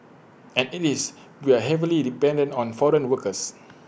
as IT is we are heavily dependent on foreign workers